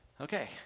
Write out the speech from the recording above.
okay